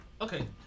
Okay